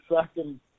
second